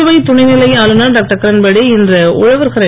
புதுவை துணைநிலை ஆளுநர் டாக்டர் கிரண்பேடி இன்று உழவர்கரை